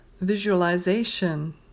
Visualization